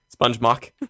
SpongeBob